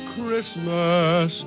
Christmas